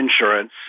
insurance